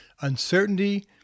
uncertainty